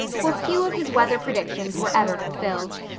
for few of his weather predictions were ever fulfilled.